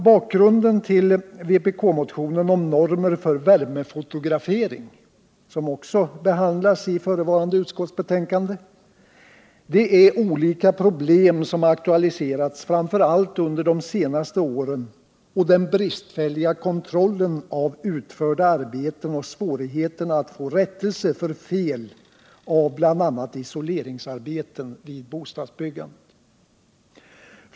Bakgrunden till vpk-motionen om normer för värmefotografering, som också behandlas i förevarande utskottsbetänkande, är olika problem som aktualiserats framför allt under de senaste åren, den bristfälliga kontrollen av utförda arbeten och svårigheterna att få rättelse för fel i bl.a. isoleringsarbeten vid bostadsbyggandet.